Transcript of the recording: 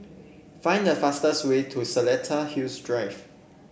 find the fastest way to Seletar Hills Drive